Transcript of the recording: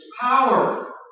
power